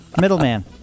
Middleman